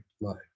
life